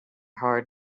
hard